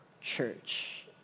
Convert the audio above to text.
church